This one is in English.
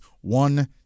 one